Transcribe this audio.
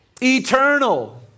eternal